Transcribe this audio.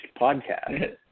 podcast